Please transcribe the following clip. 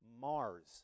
mars